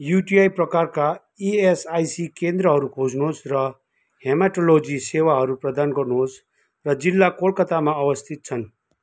UTI प्रकारका ESIC केन्द्रहरू खोज्नुहोस् र हेमाटोलोजी सेवाहरू प्रदान गर्नुहोस् र जिल्ला कोलकातामा अवस्थित छन्